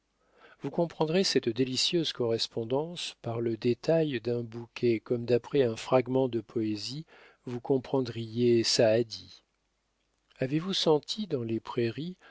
vous comprendrez cette délicieuse correspondance par le détail d'un bouquet comme d'après un fragment de poésie vous comprendriez saadi avez-vous senti dans les prairies